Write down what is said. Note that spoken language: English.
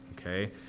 okay